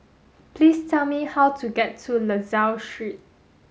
please tell me how to get to La Salle Street